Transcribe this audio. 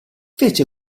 fece